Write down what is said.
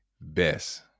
best